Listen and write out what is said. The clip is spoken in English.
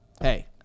Hey